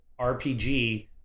RPG